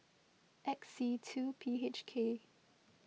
X C two P H K